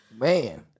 Man